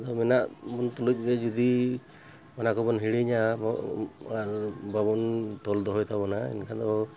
ᱟᱫᱚ ᱢᱮᱱᱟᱜ ᱵᱚᱱ ᱛᱩᱞᱩᱡ ᱜᱮ ᱡᱩᱫᱤ ᱚᱱᱟ ᱠᱚᱵᱚᱱ ᱦᱤᱲᱤᱧᱟ ᱟᱨ ᱵᱟᱵᱚᱱ ᱛᱚᱞ ᱫᱚᱦᱚᱭ ᱛᱟᱵᱚᱱᱟ ᱮᱱᱠᱷᱟᱱ ᱫᱚ